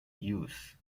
use